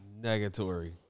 Negatory